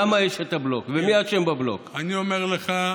ברשות יושב-ראש הכנסת, הינני מתכבדת להודיעכם,